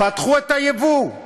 פתחו את הייבוא,